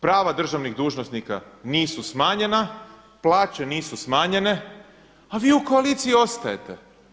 Prava državnih dužnosnika nisu smanjena, plaće nisu smanjene a vi u koaliciji ostajete.